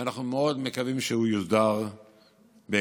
ואנחנו מאוד מקווים שהוא יוסדר בהקדם.